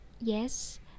yes